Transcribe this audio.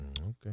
Okay